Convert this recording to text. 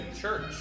church